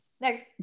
Next